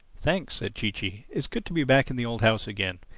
thanks, said chee-chee. it's good to be back in the old house again.